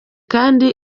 kandi